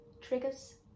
triggers